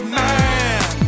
man